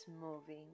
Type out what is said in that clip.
moving